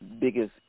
biggest